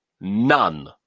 none